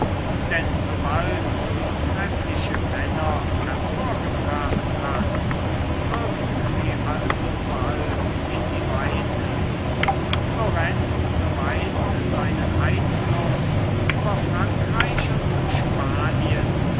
denn sobald sie treffliche männer hervorgebracht hat wirkt sie alsobald in die weite florenz beweist seinen einfluß über frankreich und spanien